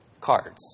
cards